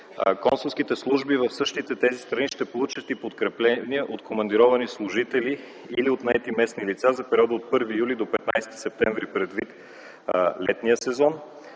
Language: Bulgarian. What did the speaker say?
Консулските служби в същите тези страни ще получат и подкрепление от командировани служители или от наети местни лица за периода от 1 юли до 15 септември предвид летния сезон.